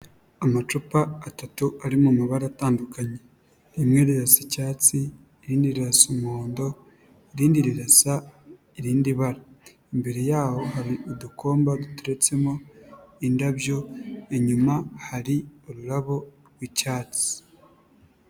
Amacupa atatu ari mabara atandukanye, rimwe rirasa icyatsi, irindi rirasa umuhondo, irindi risa irindi bara, imbere yaho hari udukombe duteretsemo indabyo, inyuma hari ururabo rw'icyatsi.